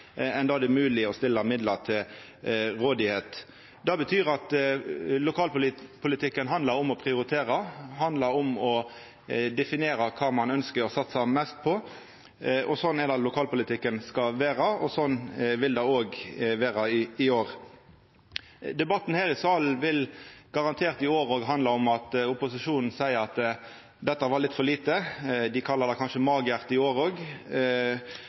enn det er mogleg å stilla midlar til rådigheit til. Det betyr at lokalpolitikken handlar om å prioritera, det handlar om å definera kva ein ønskjer å satsa mest på, og sånn er det lokalpolitikken skal vera, og sånn vil det òg vera i år. Debatten her i salen vil garantert òg i år handla om at opposisjonen seier at dette var litt for lite. Dei kallar det kanskje magert i